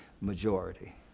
majority